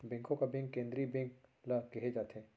बेंको का बेंक केंद्रीय बेंक ल केहे जाथे